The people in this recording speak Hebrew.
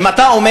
אם אתה אומר,